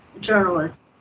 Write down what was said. journalists